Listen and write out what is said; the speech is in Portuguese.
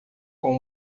com